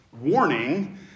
warning